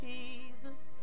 Jesus